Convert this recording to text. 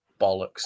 bollocks